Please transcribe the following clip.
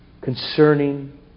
concerning